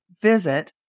Visit